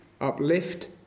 uplift